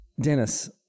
Dennis